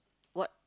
what